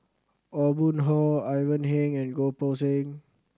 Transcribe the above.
Aw Boon Haw Ivan Heng and Goh Poh Seng